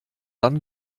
dann